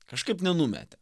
kažkaip nenumetė